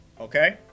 okay